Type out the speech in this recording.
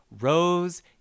Rose